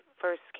first